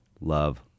love